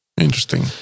Interesting